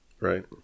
Right